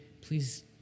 Please